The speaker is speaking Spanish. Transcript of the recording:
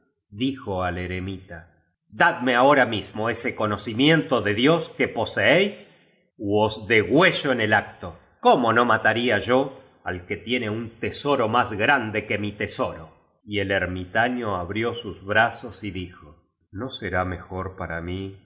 dijo al eremita dadme ahora mismo ese conocimiento de dios que po seéis ú os degüello en el acto cómo no mataría yo al que tiene un tesoro más grande que mi tesoro y el ermitaño abrió sus brazos y dijo no será mejor para mí